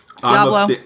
Diablo